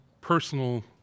personal